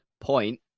point